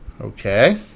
Okay